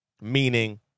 Meaning